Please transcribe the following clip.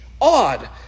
odd